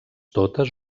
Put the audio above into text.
totes